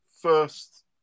first